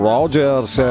Rogers